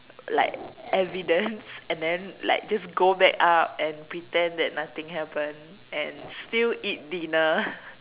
like evidence and then like just go back up and pretend that nothing happen and still eat dinner